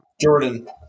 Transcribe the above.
Jordan